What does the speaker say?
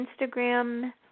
Instagram